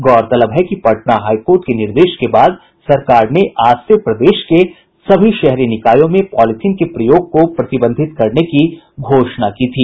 गौरतलब है कि पटना हाई कोर्ट के निर्देश के बाद सरकार ने आज से प्रदेश के सभी शहरी निकायों में पॉलीथिन के प्रयोग को प्रतिबंधित करने की घोषणा की थी